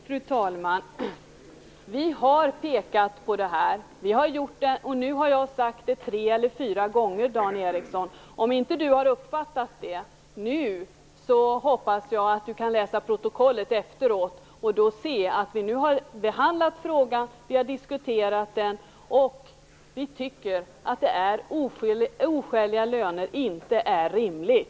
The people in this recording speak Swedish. Fru talman! Vi har pekat på det här. Och nu har jag sagt det tre eller fyra gånger, Dan Ericsson. Om inte Dan Ericsson har uppfattat det nu hoppas jag att han kan läsa protokollet efteråt och se att vi nu har behandlat frågan. Vi har diskuterat den, och vi tycker att oskäliga löner inte är rimligt.